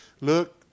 look